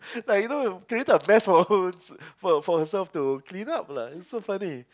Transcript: like you know created a mess for her for for herself to clean up lah it's so funny